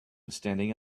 standing